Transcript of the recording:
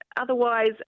otherwise